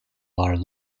are